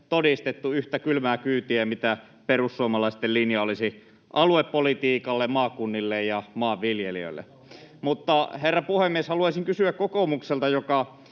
todistettu — yhtä kylmää kyytiä kuin mitä perussuomalaisten linja olisi aluepolitiikalle, maakunnille ja maanviljelijöille. [Jussi Halla-ahon välihuuto] Herra puhemies! Haluaisin kysyä kokoomuspuolueelta, joka